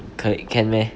可以 can meh